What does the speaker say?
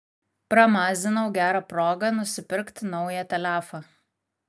pramazinau gerą progą nusipirkt naują telefą